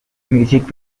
music